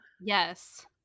Yes